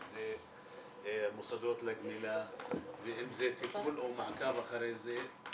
אם זה מוסדות לגמילה ואם זה טיפול או מעקב אחרי זה.